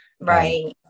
Right